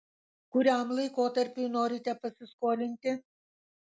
kuriam laikotarpiui norite pasiskolinti